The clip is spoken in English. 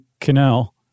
Canal